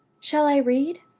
shall i read?